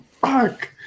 Fuck